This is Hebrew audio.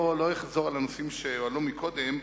לא אחזור על נושאים שהועלו קודם,